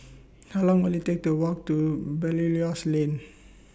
How Long Will IT Take to Walk to Belilios Lane